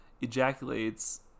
ejaculates